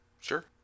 Sure